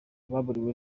baburiwe